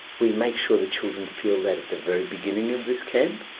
we make sure the children feel that at the very beginning of this camp,